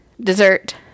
dessert